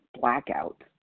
blackout